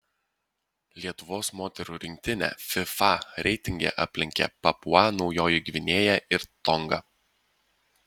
lietuvos moterų rinktinę fifa reitinge aplenkė papua naujoji gvinėja ir tonga